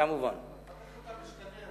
חבר הכנסת גפני,